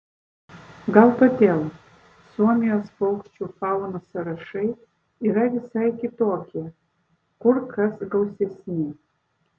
gal todėl suomijos paukščių faunos sąrašai yra visai kitokie kur kas gausesni